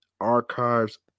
Archives